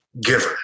giver